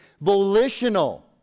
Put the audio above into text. volitional